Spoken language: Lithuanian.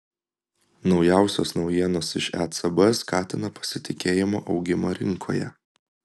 naujausios naujienos iš ecb skatina pasitikėjimo augimą rinkoje